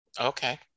Okay